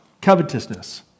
Covetousness